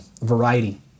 variety